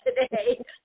today